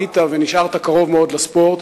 היית ונשארת קרוב לספורט,